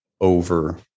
over